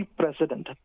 president